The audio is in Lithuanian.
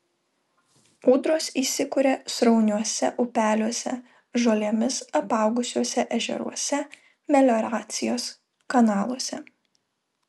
ūdros įsikuria srauniuose upeliuose žolėmis apaugusiuose ežeruose melioracijos kanaluose